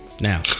Now